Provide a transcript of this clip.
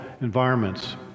environments